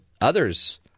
others